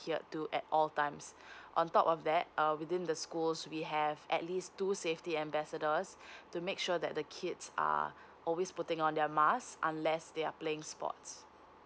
adhere at all times on top of that uh within the schools we have at least two safety ambassadors to make sure that the kids are always putting on their masks unless they are playing sports